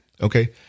okay